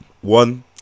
one